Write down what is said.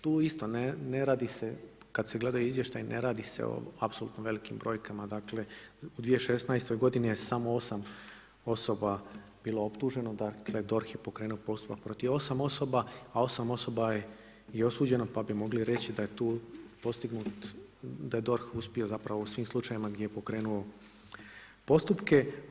Tu isto, ne radi se, kad se gleda izvještaj ne radi se o apsolutno velikim brojkama, dakle u 2016. godini je samo 8 osoba bilo optuženo, dakle DORH je pokrenuo postupak protiv 8 osoba, a 8 osoba je i osuđeno pa bi mogli reći da je tu postignut, da je DORH uspio zapravo u svim slučajevima gdje je pokrenuo postupke.